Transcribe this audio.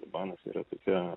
libanas yra tokia